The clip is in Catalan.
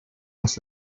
als